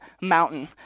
mountain